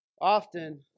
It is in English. Often